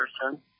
person